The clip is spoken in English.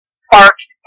sparks